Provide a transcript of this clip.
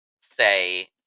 say